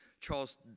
Charles